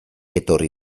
etorri